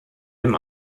dem